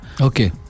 okay